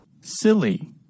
Silly